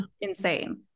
insane